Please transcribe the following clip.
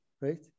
right